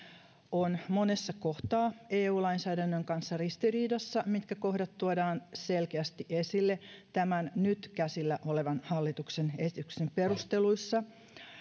on monessa kohtaa eu lainsäädännön kanssa ristiriidassa kohdat tuodaan selkeästi esille tämän nyt käsillä olevan hallituksen esityksen perusteluissa